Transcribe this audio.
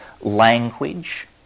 language